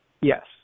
Yes